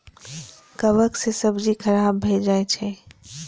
कवक सं सब्जी खराब भए जाइ छै